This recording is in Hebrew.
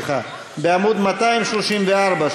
שזה בעמוד 234,